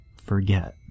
forget